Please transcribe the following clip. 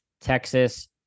Texas